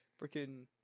Freaking